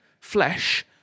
Flesh